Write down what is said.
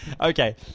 Okay